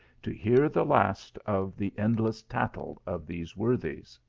to hear the last of the endless tattle of these worthies.